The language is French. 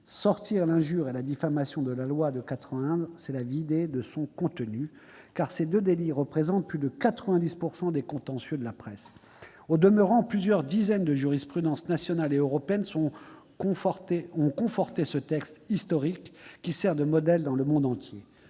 sortir l'injure et la diffamation de la loi de 1881, c'est la vider de son contenu, car ces deux délits représentent plus de 90 % des contentieux de la presse. Au demeurant, plusieurs dizaines de jurisprudences nationales et européennes ont conforté ce texte historique, qui sert de modèle dans le monde entier.